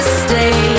stay